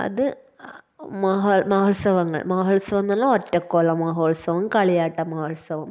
അത് മഹാല് മഹോത്സവങ്ങള് മഹോത്സവം എന്നുള്ള ഒറ്റയ്ക്കുള്ള മഹോത്സവം കളിയാട്ട മഹോത്സവം